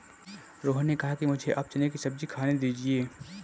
रोहन ने कहा कि मुझें आप चने की सब्जी खाने दीजिए